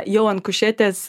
jau ant kušetės